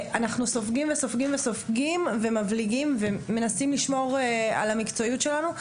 אנחנו סופגים וסופגים וסופגים ומבליגים ומנסים לשמור על המקצועיות שלנו,